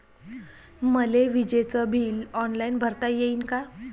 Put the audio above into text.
मले विजेच bill online भरता येईन का?